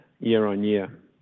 year-on-year